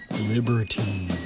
liberty